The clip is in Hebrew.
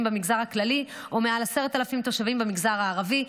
במגזר הכללי ומעל 10,000 תושבים במגזר הערבי,